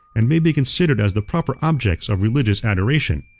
and may be considered as the proper objects of religious adoration.